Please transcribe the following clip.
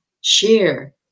share